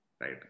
right